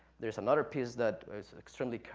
there's another piece that is extremely